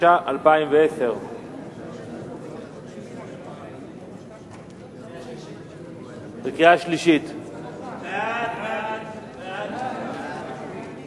התשע"א 2010. חוק עזרה משפטית בין מדינות (תיקון מס' 7),